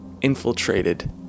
infiltrated